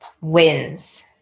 wins